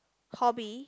hobby